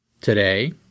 today